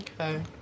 Okay